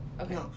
Okay